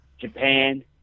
Japan